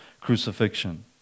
crucifixion